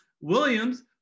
Williams